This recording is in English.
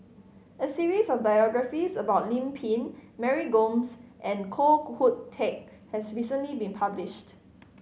a series of biographies about Lim Pin Mary Gomes and Koh Hoon Teck has recently been published